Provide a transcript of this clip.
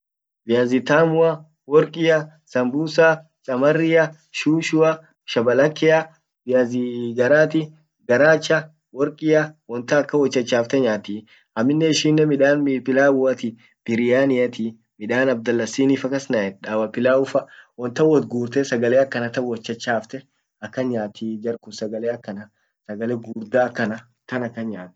viazi tamua, workia, sambusa, chamaria, shushua, shabalakea, viazi garati, garacha workia, won tan akan wot chachafte nyaati, amminen ishin midan pilauati, biryaniati, midan abdalasinifa kas kaen fa, dawa pilaufa, won tan wot gurte sagale akanatan wot chachafte akan nyaati jarkun sagale akana sagale gugurda akana tan akan nyaati ishin